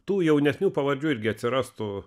tų jaunesnių pavardžių irgi atsirastų